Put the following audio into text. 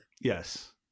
Yes